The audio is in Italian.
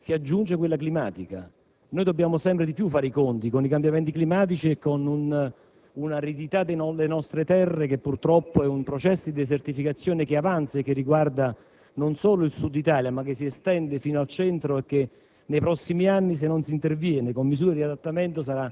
del fenomeno. Ma all'emergenza criminale legata agli incendi si aggiunge quella climatica. Dobbiamo sempre di più fare i conti con i cambiamenti climatici e con un'aridità delle nostre terre che, purtroppo, è un processo di desertificazione che avanza e che riguarda non solo il Sud d'Italia, ma che si estende fino al Centro e che